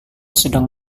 sedang